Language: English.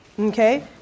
Okay